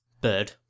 Bird